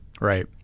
Right